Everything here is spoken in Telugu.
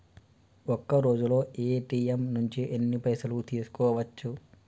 ఒక్కరోజులో ఏ.టి.ఎమ్ నుంచి ఎన్ని పైసలు తీసుకోవచ్చు?